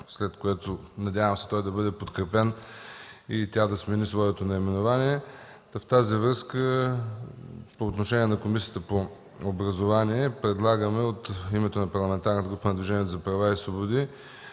след което се надявам той да бъде подкрепен и тя да смени своето наименование. В тази връзка по отношение на Комисията по образованието и науката предлагам от името на